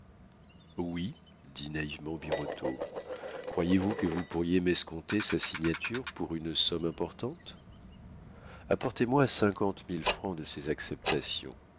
oui dit naïvement birotteau croyez-vous que vous pourriez m'escompter sa signature pour une somme importante apportez-moi cinquante mille francs de ses acceptations